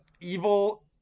evil